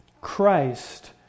Christ